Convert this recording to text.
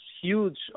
huge